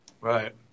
Right